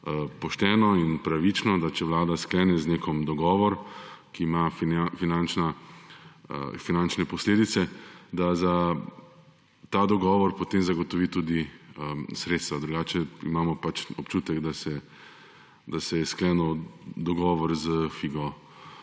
pošteno in pravično, da če Vlada sklene z nekom dogovor, ki ima finančne posledice, da za ta dogovor potem zagotovi tudi sredstva, drugače imamo občutek, da se je sklenil dogovor s figo